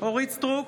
אורית מלכה סטרוק,